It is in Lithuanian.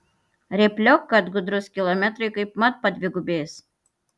rėpliok kad gudrus kilometrai kaip mat padvigubės